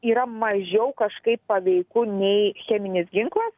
yra mažiau kažkaip paveiku nei cheminis ginklas